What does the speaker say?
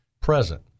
present